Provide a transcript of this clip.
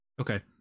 Okay